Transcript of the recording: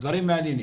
דברים מעניינים.